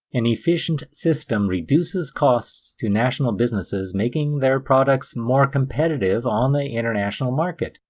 an efficient system reduces costs to national businesses making their products more competitive on the international market,